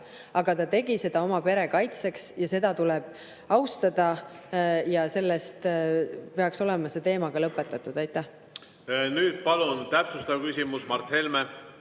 Aga ta tegi seda oma pere kaitseks ja seda tuleb austada. Sellega peaks olema see teema lõpetatud. Nüüd palun täpsustav küsimus, Mart Helme!